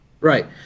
right